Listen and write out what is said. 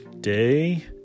day